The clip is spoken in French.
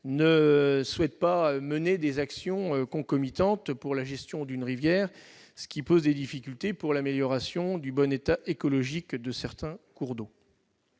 ne souhaitent pas mener d'actions concomitantes pour la gestion d'une rivière. C'est problématique pour l'amélioration du bon état écologique de certains cours d'eau.